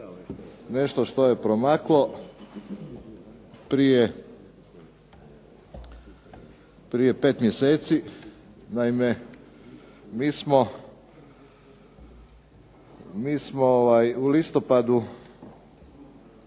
nešto što je promaklo prije 5 mjeseci, naime, mi smo u listopadu